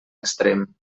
extrem